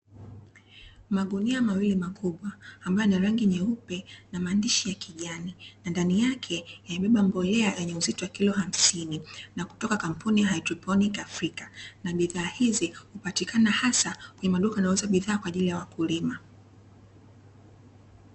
Magunia mawili makubwa, ambayo yana rangi nyeupe na maandishi ya kijani na ndani yake yamebeba mbolea yenye uzito wa kilo hamsini, na kutoka kampuni ya haidroponi Afrika na bidhaa hizi hupatikana hasa kwenye maduka yanayouza bidhaa kwa ajili ya wakulima.